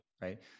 right